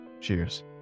Cheers